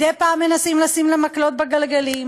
מדי פעם מנסים לשים לה מקלות בגלגלים.